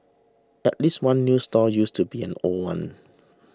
at least one new stall used to be an old one